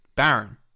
Baron